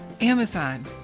Amazon